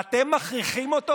ואתם מכריחים אותו?